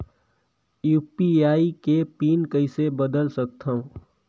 UPI के PIN कइसे बदल सकथव?